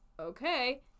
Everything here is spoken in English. okay